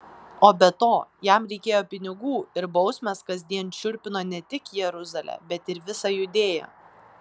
o be to jam reikėjo pinigų ir bausmės kasdien šiurpino ne tik jeruzalę bet ir visą judėją